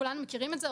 כולנו מכירים את זה,